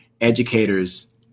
educators